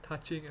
touching ah